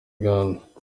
uganda